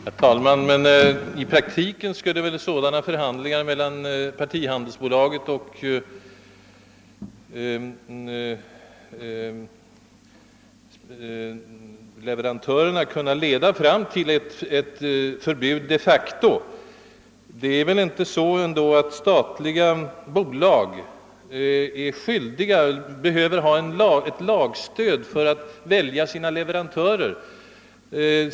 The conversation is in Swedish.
Herr talman! Men i praktiken skulle väl förhandlingar mellan partihandelsbolaget och leverantörerna kunna leda fram till ett förbud de facto. Det är väl ändå inte så att statliga bolag — säg t.ex. LKAB — behöver ha ett lagstöd för att välja sina leverantörer?